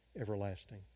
everlasting